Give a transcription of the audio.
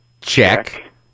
check